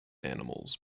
animals